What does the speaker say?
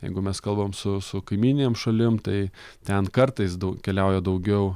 jeigu mes kalbam su su kaimyninėm šalim tai ten kartais daug keliauja daugiau